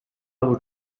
will